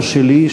לא שלי,